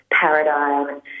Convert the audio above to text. paradigm